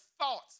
thoughts